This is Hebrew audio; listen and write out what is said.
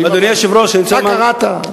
אתה קראת.